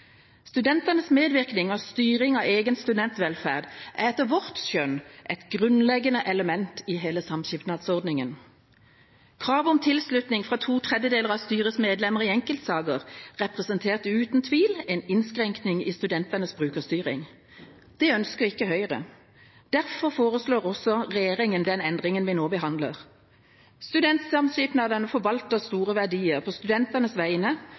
Studentenes medvirkning og styring av egen studentvelferd er etter vårt skjønn et grunnleggende element i hele samskipnadsordningen. Kravet om tilslutning fra to tredjedeler av styrets medlemmer i enkeltsaker representerte uten tvil en innskrenkning i studentenes brukerstyring. Det ønsker ikke Høyre. Derfor foreslår også regjeringa den endringen vi nå behandler. Studentsamskipnadene forvalter store verdier på studentenes vegne,